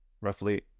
roughly